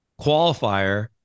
qualifier